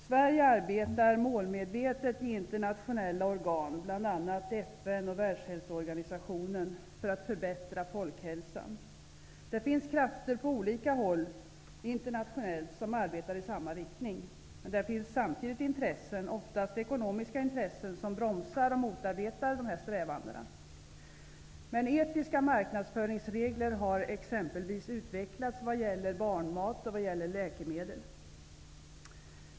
Sverige arbetar målmedvetet i internationella organ, bl.a. inom FN och Världshälsoorganisationen, på en förbättring av folkhälsan. Det finns krafter på olika håll internationellt som arbetar i samma riktning. Men samtidigt finns det intressen -- oftast ekonomiska intressen -- som bromsar och motarbetar dessa strävanden. Etiska marknadsföringsregler har dock utvecklats exempelvis vad gäller barnmat och läkemedel.